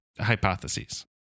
hypotheses